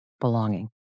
Belonging